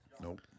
Nope